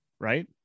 Right